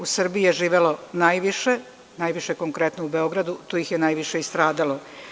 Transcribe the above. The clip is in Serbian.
U Srbiji je živelo najviše, najviše konkretno u Beogradu, tu ih je najviše i stradalo.